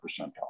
percentile